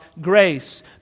grace